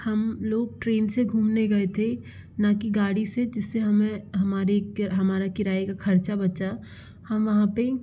हम लोग ट्रेन से घूमने गए थे ना कि गाड़ी से जिसे हमें हमारी कि हमारा किराए का ख़र्च बचा हम वहाँ पर